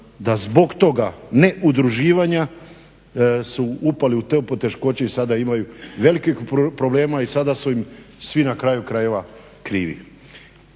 Da zbog toga ne udruživanja su upali u te poteškoće i sada imaju velikih problema i sada su im svi na kraju krajeva krivi.